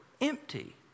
empty